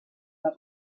del